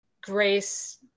grace